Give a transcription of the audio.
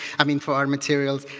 i mean, for our materials.